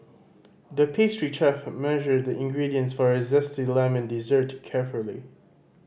the pastry chef measured the ingredients for a zesty lemon dessert carefully